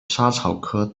莎草科